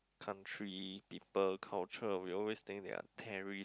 country people culture we always think they are terrorist